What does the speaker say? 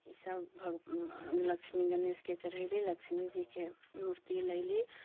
ई सभ भग लक्ष्मी गणेशके चढ़ैली लक्ष्मी जीके मूर्ति लै ली